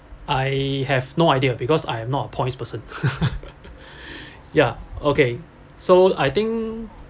I have no idea because I am not a points person ya okay so I think